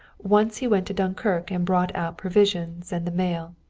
once he went to dunkirk and brought out provisions and the mail,